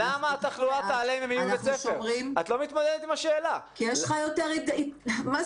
אנחנו שומרים כי יש לך יותר --- את לא מתמודדת עם השאלה.